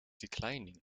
declining